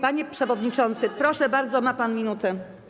Panie przewodniczący, proszę bardzo, ma pan minutę.